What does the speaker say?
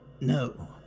No